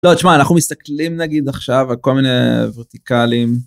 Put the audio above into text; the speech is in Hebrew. לא תשמע אנחנו מסתכלים נגיד עכשיו על כל מיני ורטיקלים.